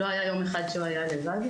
לא היה יום אחד שהוא היה לבד.